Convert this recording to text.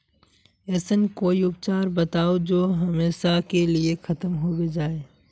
ऐसन कोई उपचार बताऊं जो हमेशा के लिए खत्म होबे जाए?